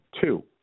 Two